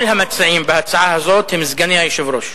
כל המציעים בהצעה הזו הם סגני היושב-ראש,